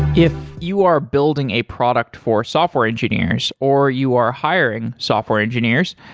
if you are building a product for software engineers, or you are hiring software engineers,